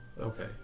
Okay